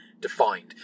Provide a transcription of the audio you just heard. defined